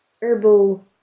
herbal